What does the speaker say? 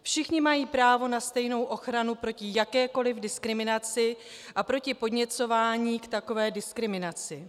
Všichni mají právo na stejnou ochranu proti jakékoli diskriminaci a proti podněcování k takové diskriminaci.